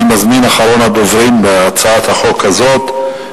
אני מזמין את אחרון הדוברים בהצעת החוק הזאת,